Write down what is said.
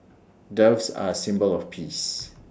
doves are A symbol of peace